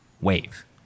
wave